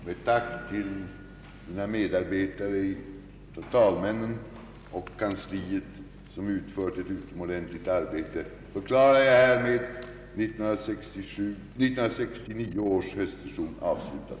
Med tack till mina medarbetare, vice talmännen och kansliet, som utfört ett utomordentligt arbete, förklarar jag härmed 1969 års riksdags höstsession avslutad.